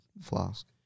flask